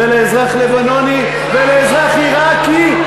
לאזרח לבנוני ולאזרח עיראקי.